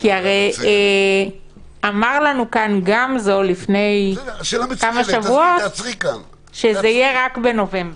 כי הרי אמר לנו כאן גמזו לפני כמה שבועות שזה יהיה רק בנובמבר.